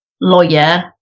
lawyer